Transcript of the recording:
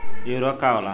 इ उर्वरक का होला?